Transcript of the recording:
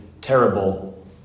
terrible